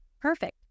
Perfect